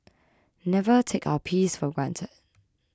never take our peace for granted